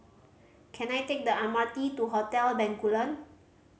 can I take the M R T to Hotel Bencoolen